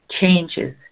changes